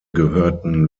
gehörten